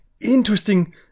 interesting